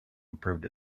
improved